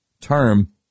term